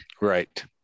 Right